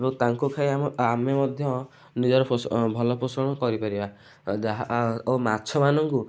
ଏବଂ ତାଙ୍କୁ ଖାଇ ଆମେ ମଧ୍ୟ ନିଜର ଭଲ ପୋଷଣ କରିପାରିବା ଓ ମାଛମାନଙ୍କୁ